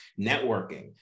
networking